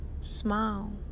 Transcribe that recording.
Smile